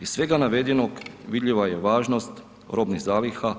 Iz svega navedenog vidljiva je važnost robnih zaliha